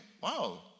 wow